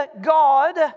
God